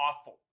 awful